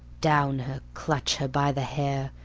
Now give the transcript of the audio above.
down her, clutch her by the hair,